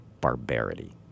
barbarity